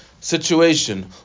situation